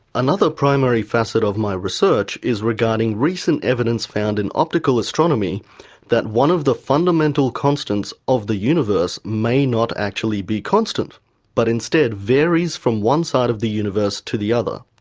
another primary facet of my research is regarding recent evidence found in optical astronomy that one of the fundamental constants of the universe may not actually be constant but instead it varies from one side of the universe to the other.